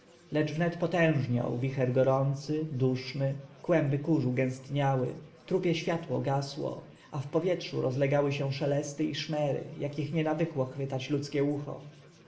lecz wnet potężniał wicher gorący duszny kłęby kurzu gęstniały trupie światło gasło a w powietrzu rozlegały się szelesty i szmery jakich nie nawykło chwytać ludzkie ucho